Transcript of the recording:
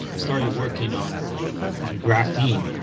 started working on on graphene.